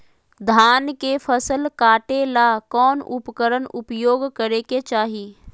धान के फसल काटे ला कौन उपकरण उपयोग करे के चाही?